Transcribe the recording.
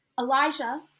Elijah